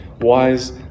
Wise